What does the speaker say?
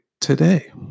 today